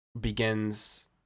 begins